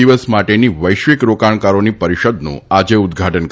દિવસ માટેની વૈશ્વિક રોકાણકારોની પરિષદનું આજે ઉદઘાટન કરશે